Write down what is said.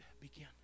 begin